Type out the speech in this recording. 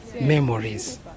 memories